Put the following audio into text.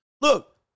look